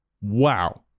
Wow